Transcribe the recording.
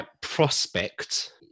Prospect